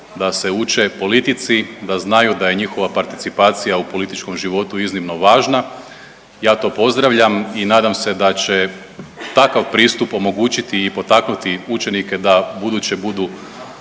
da se uče politici, da znaju da je njihova participacija u političkom životu iznimno važna. Ja to pozdravljam i nadam se da će takav pristup omogućiti i potaknuti učenike da ubuduće budu